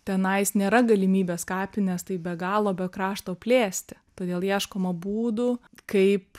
tenais nėra galimybės kapines taip be galo be krašto plėsti todėl ieškoma būdų kaip